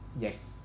Yes